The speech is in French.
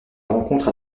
rencontre